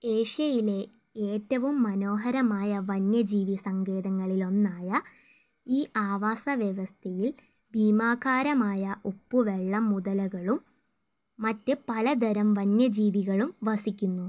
ഏഷ്യയിലെ ഏറ്റവും മനോഹരമായ വന്യജീവി സങ്കേതങ്ങളിലൊന്നായ ഈ ആവാസ വ്യവസ്ഥയിൽ ഭീമാകാരമായ ഉപ്പു വെള്ളം മുതലകളും മറ്റ് പലതരം വന്യജീവികളും വസിക്കുന്നു